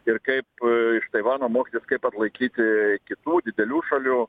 ir kaip iš taivano mokytis kaip atlaikyti kitų didelių šalių